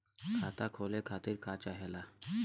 खाता खोले खातीर का चाहे ला?